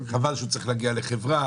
חבל שהוא צריך להגיע לחברה.